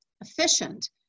efficient